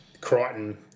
Crichton